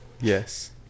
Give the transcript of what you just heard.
Yes